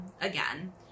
again